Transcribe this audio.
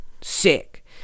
sick